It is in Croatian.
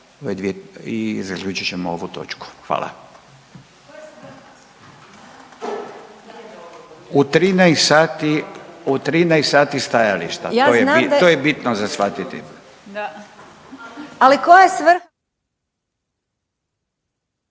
i zaključit ćemo ovu točku. Hvala. U 13,00 stajališta to je bitno za shvatiti.